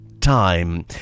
time